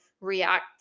react